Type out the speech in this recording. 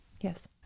Yes